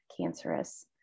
cancerous